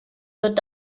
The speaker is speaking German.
wird